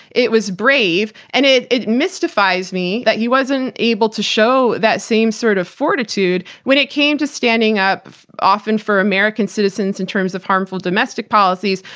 it was brave, and it it mystifies me that he wasn't able to show that same sort of fortitude when it came to standing up often for american citizens in terms of harmful domestic policies,